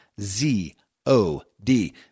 Z-O-D